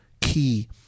key